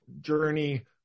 journey